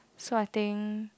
so I think